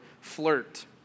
flirt